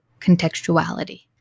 contextuality